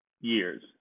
years